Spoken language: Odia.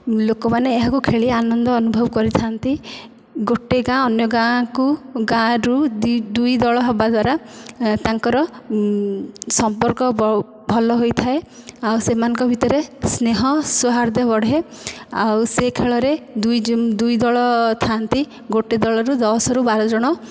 ଲୋକମାନେ ଏହାକୁ ଖେଳି ଆନନ୍ଦ ଅନୁଭବ କରିଥାନ୍ତି ଗୋଟିଏ ଗାଁ ଅନ୍ୟ ଗାଁକୁ ଗାଁରୁ ଦୁଇ ଦୁଇ ଦଳ ହେବା ଦ୍ୱାରା ତାଙ୍କର ସମ୍ପର୍କ ବ ଭଲ ହୋଇଥାଏ ଆଉ ସେମାନଙ୍କ ଭିତରେ ସ୍ନେହ ସ୍ଵହାର୍ଦୟ ବଢ଼େ ଆଉ ସେ ଖେଳରେ ଦୁଇ ଜିମ ଦୁଇ ଦଳ ଥାନ୍ତି ଗୋଟିଏ ଦଳରୁ ଦଶରୁ ବାର ଜଣ